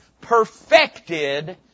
perfected